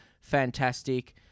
fantastic